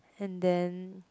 and then